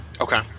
Okay